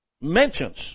mentions